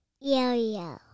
Yo-yo